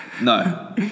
No